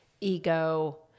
Ego